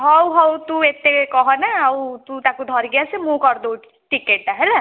ହଉହଉ ତୁ ଆଉ ଏତେ କହନା ଆଉ ତୁ ତାକୁ ଧରିକି ଆସେ ମୁଁ କରିଦେଉଛି ଟିକେଟ ଟା ହେଲା